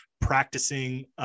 practicing